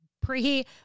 pre